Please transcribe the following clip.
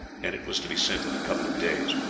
and it was to be sent in a couple of days.